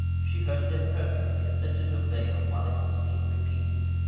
she heard it imperfectly, and lifted her veil while it was being repeated.